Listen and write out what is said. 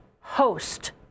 host